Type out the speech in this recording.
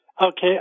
Okay